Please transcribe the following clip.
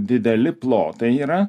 dideli plotai yra